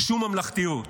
שום ממלכתיות.